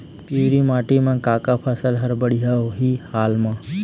पिवरी माटी म का का फसल हर बढ़िया होही हाल मा?